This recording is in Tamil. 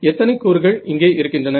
எத்தனை கூறுகள் இங்கே இருக்கின்றன